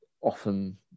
often